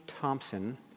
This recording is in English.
Thompson